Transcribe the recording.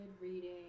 reading